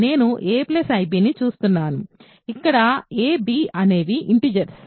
నేను a ib ని చూస్తున్నాను ఇక్కడ a b అనేవి ఇంటిజర్స్